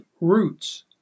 roots